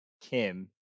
Kim